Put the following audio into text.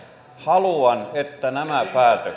haluan että nämä päätökset